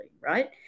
right